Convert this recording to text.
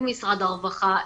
עם משרד הרווחה,